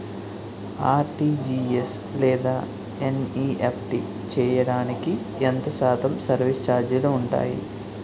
RTGS లేదా NEFT చేయడానికి ఎంత శాతం సర్విస్ ఛార్జీలు ఉంటాయి?